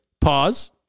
pause